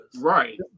Right